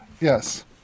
Yes